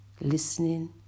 listening